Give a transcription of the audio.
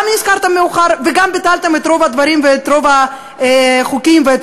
גם נזכרתם מאוחר וגם ביטלתם את רוב הדברים ואת רוב החוקים ואת